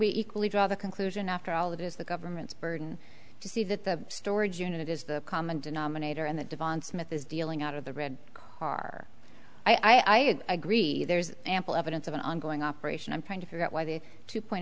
we equally draw the conclusion after all it is the government's burden to see that the storage unit is the common denominator in the divan smith is dealing out of the red car i would agree there's ample evidence of an ongoing operation i'm trying to figure out why the two point